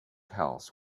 house